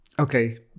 Okay